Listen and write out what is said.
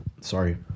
Sorry